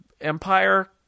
Empire